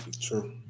True